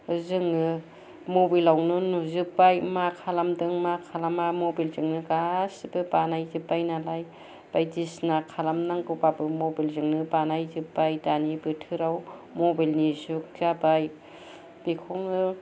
जोङो मबाइल आवनो नुजोब्बाय मा खालामदों मा खालामा मबाइल जोंनो गासैबो बानायजोब्बाय नालाय बायदिसिना खालामनांगौबाबो मबाइल जोंनो बानायजोब्बाय दानि बोथोराव मबाइल नि जुग जाबाय बेखौनो